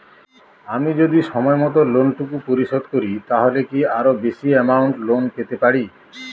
আমি যদি সময় মত লোন টুকু পরিশোধ করি তাহলে কি আরো বেশি আমৌন্ট লোন পেতে পাড়ি?